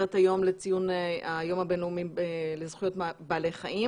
במסגרת היום לציון היום הבינלאומי לזכויות בעלי חיים